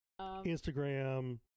Instagram